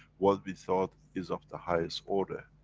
what we thought is of the highest order,